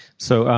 so